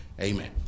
Amen